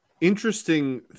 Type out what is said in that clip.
interesting